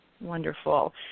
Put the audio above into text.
Wonderful